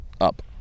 up